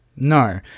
No